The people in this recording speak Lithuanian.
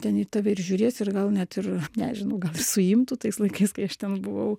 ten į tave ir žiūrės ir gal net ir nežinau gal ir suimtų tais laikais kai aš ten buvau